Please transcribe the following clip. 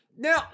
Now